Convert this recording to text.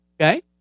Okay